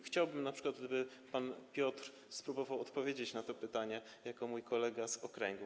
Chciałbym, żeby np. pan Piotr spróbował odpowiedzieć na to pytanie jako mój kolega z okręgu.